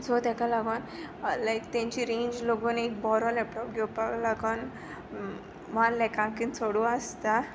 so ताका लागून लायक तांची रेंज लागून एक बरो लॅपटॉप घेवपाक लागून वन लॅकाकीन चडूं आसता